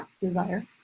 desire